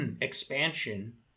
expansion